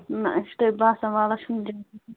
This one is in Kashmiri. نہ یہِ چھُ تۄہہِ باسان وَللہ چھُ نہٕ جا